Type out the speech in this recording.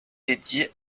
dédiée